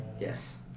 Yes